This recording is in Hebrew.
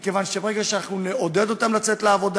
מכיוון שברגע שנעודד אותם לצאת לעבודה